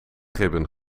ribben